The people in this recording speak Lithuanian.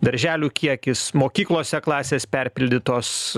darželių kiekis mokyklose klasės perpildytos